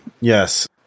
Yes